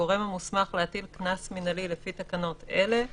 הגורם המוסמך להטיל קנס מינהלי לפי תקנות אלה (להלן,